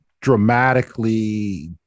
dramatically